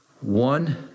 one